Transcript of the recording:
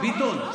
ביטון,